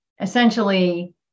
Essentially